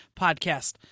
podcast